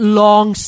long